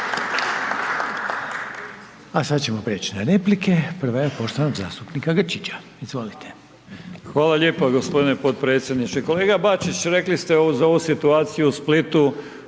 A sad ćemo preći na replike, prva je poštovanog zastupnika Grčića. Izvolite. **Grčić, Branko (SDP)** Hvala lijepa gospodine podpredsjedniče. Kolega Bačić rekli ste za ovu situaciju u Splitu